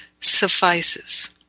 suffices